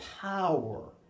power